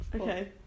Okay